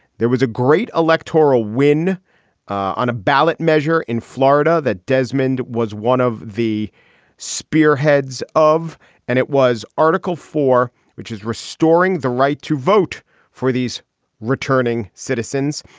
there was a great electoral win on a ballot measure in florida that desmond was one of the spearheads of and it was article four which is restoring the right to vote for these returning citizens.